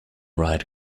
ride